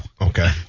Okay